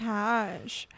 Cash